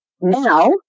Now